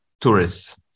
tourists